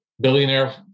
billionaire